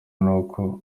nuko